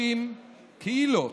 ל-130 קהילות,